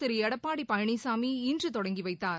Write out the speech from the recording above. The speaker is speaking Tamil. திரு எடப்பாடி பழனிசாமி இன்று தொடங்கிவைத்தார்